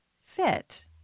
sit